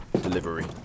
Delivery